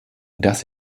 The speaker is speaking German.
dass